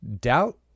doubt